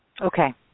Okay